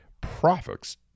profits